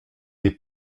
des